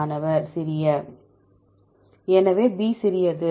மாணவர் சிறிய எனவே B சிறியது